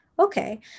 Okay